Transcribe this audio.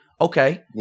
Okay